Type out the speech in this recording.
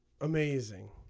amazing